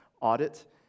audit